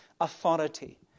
authority